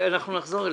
עוד נחזור אליך.